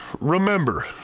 remember